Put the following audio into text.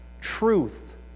truth